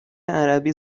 عربی